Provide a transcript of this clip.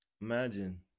Imagine